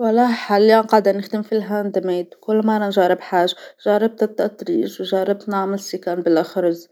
والله اليوم قاعدة نخدم في الهند ميد كل مرة نجرب حاجة جربت التطريش وجربت نعمل سيقان بالأخرز